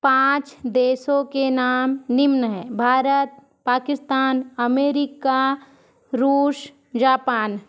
पाँच देशों के नाम निम्न हैं भारत पाकिस्तान अमेरिका रुस जापान